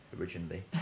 originally